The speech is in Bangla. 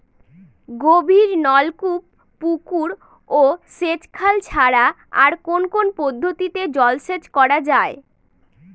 গভীরনলকূপ পুকুর ও সেচখাল ছাড়া আর কোন কোন পদ্ধতিতে জলসেচ করা যায়?